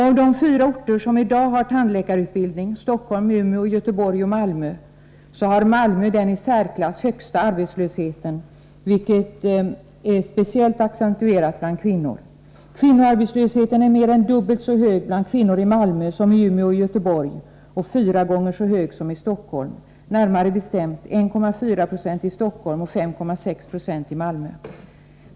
Av de fyra orter som i dag har tandläkarutbildning, Stockholm, Umeå, Göteborg och Malmö, har Malmö den i särklass högsta arbetslösheten, och den är speciellt accentuerad bland kvinnor. Kvinnoarbetslösheten är mer än dubbelt så hög i Malmö som i Umeå och Göteborg och fyra gånger så hög som i Stockholm — närmare bestämt 1,4 90 i Stockholm och 5,6 76 i Malmö.